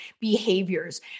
behaviors